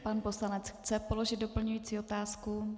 Pan poslanec chce položit doplňující otázku.